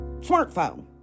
smartphone